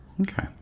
Okay